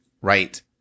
Right